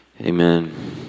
Amen